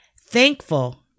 thankful